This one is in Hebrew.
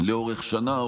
לאורך שנה,